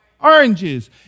Oranges